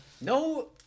No